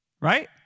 Right